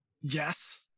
yes